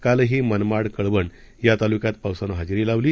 कालही मनमाड कळवण या तालुक्यात पावसानं हजेरी लावली